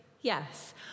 Yes